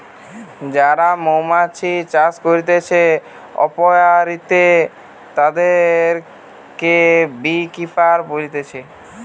যারা মৌমাছি চাষ করতিছে অপিয়ারীতে, তাদিরকে বী কিপার বলতিছে